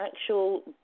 actual